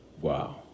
Wow